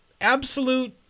absolute